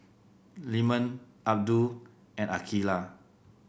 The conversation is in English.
Leman Abdul and Aqeelah